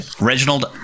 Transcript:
Reginald